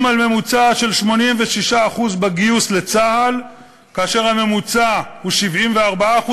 על ממוצע של 86% בגיוס לצה"ל כאשר הממוצע הוא 74%,